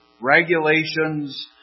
regulations